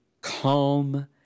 calm